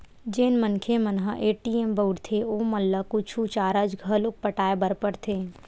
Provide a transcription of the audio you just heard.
जेन मनखे मन ह ए.टी.एम बउरथे ओमन ल कुछु चारज घलोक पटाय बर परथे